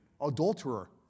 adulterer